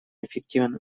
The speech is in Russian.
эффективен